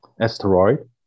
asteroid